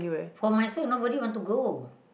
for myself nobody want to go